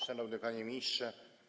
Szanowny Panie Ministrze!